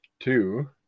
two